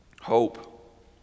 hope